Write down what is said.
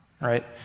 right